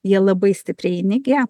jie labai stipriai įnikę